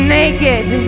naked